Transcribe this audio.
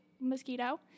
mosquito